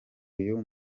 uyu